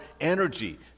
energy